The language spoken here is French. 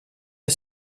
est